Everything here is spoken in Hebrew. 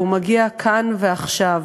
והוא מגיע כאן ועכשיו.